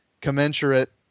commensurate